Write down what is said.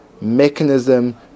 mechanism